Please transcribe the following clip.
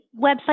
website